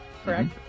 correct